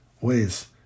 ways